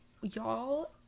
y'all